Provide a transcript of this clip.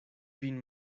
vin